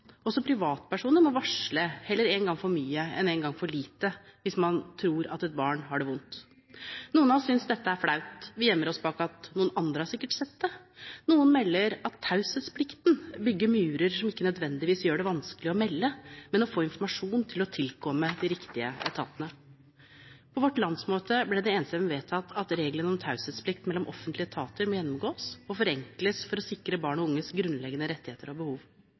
Også privatpersoner må varsle, heller én gang for mye enn én gang for lite, hvis man tror at et barn har det vondt. Noen av oss synes dette er flaut. Vi gjemmer oss bak at noen andre sikkert har sett det. Noen melder at taushetsplikten bygger murer som ikke nødvendigvis gjør det vanskelig å melde, men å få informasjon slik at meldingen tilkommer de riktige etatene. På vårt landsmøte ble det enstemmig vedtatt at reglene for taushetsplikt mellom offentlige etater må gjennomgås og forenkles for å sikre barn og unges grunnleggende rettigheter og behov.